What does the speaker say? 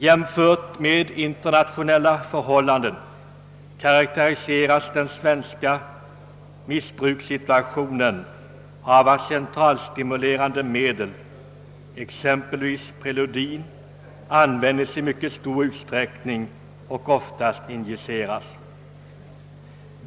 Jämfört med internationella förhållanden karakteriseras den svenska missbrukssituationen av att centralstimulerande medel, exempelvis preludin, användes i mycket stor utsträckning och oftast injiceras.